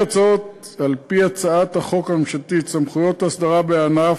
על-פי הצעת החוק הממשלתית, סמכויות האסדרה בענף,